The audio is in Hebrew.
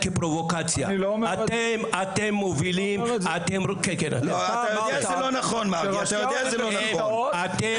כמובן שכמו שאנחנו רצינו ליידע אותם